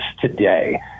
today